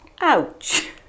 Ouch